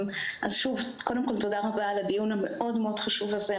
תודה רבה על הדיון המאוד מאוד חשוב הזה.